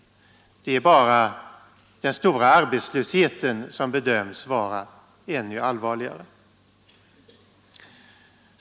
Det är bara den stora arbetslösheten som bedöms vara ännu allvarligare.